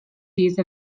these